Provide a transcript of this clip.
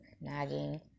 nagging